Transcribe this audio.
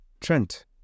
Trent